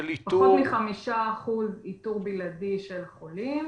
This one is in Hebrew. פחות מ-5% איתור בלעדי של חולים